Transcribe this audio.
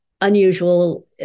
unusual